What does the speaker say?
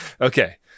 Okay